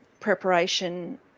preparation